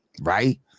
Right